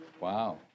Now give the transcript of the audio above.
Wow